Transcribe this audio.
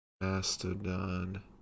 Mastodon